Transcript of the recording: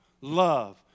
love